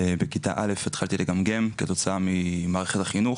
בכיתה א' התחלתי לגמגם כתוצאה ממערכת החינוך,